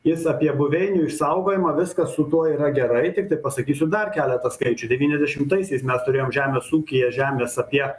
jis apie buveinių išsaugojimą viskas su tuo yra gerai tiktai pasakysiu dar keletą skaičių devyniasdešimtaisiais mes turėjom žemės ūkyje žemės apie